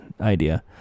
idea